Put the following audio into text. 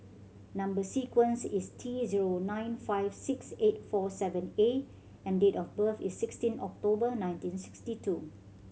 number sequence is T zero nine five six eight four seven A and date of birth is sixteen October nineteen sixty two